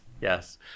yes